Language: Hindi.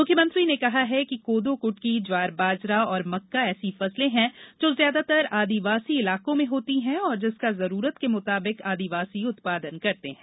मुख्यमंत्री ने कहा कि कोदो क्टकी ज्वार बाजरा और मक्का ऐसी फसले हैं जो ज्यादातर आदिवासी इलाकों में होती हैं और जिसका जरूरत के मुताबिक आदिवासी उत्पादन करते हैं